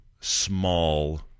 small